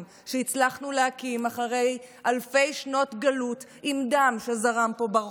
שהצלחנו להקים אחרי אלפי שנות גלות עם דם שזרם פה ברחובות.